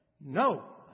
no